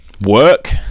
work